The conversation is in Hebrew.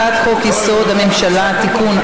הצעת חוק-יסוד: הממשלה (תיקון,